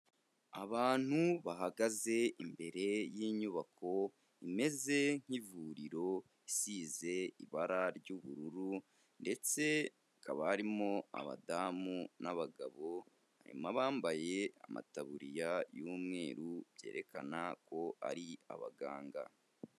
Abantu bahagaze imbere y'inyubako imeze nk'ivuriro isize ibara ry'ubururu, ndetse hakaba harimo abadamu n'abagabo, harimo bambaye amataburiya y'umweru byerekana ko ari abaganga.